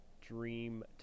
dream